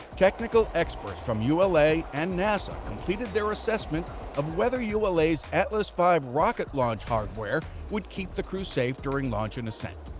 technical experts from ula and nasa completed their assessment of whether ula's atlas v rocket launch hardware would keep the crew safe during launch and ascent.